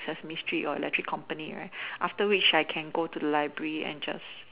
sesame street or electric company right after which I can go to the library and just